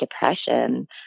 depression